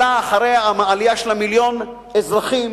אחרי העלייה של מיליון אזרחים